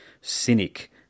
Cynic